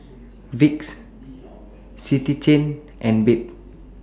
Vicks City Chain and Bebe